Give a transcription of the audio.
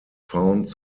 found